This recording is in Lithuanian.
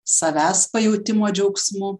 savęs pajautimo džiaugsmu